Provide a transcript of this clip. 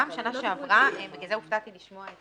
גם בשנה שעברה ובגלל זה הופתעתי לשמוע את